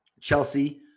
Chelsea